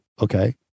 Okay